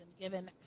given